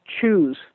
choose